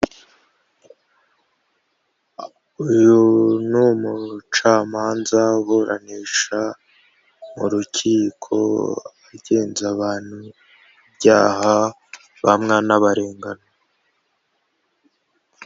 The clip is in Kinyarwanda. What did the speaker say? Uyu ni umucamanza uburanisha mu rukiko ugenza abantu ibyaha bamwe anabarenganya.